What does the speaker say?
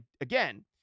again